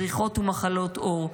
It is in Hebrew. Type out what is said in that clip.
פריחות ומחלות עור,